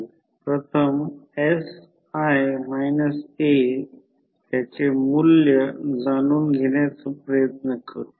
तर हा घटक मुळात तो कोर लॉस किंवा आयर्न लॉस आणि नो लोड कंडिशन देईल